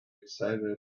excited